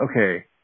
Okay